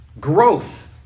Growth